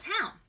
town